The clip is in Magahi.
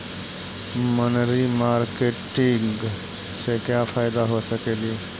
मनरी मारकेटिग से क्या फायदा हो सकेली?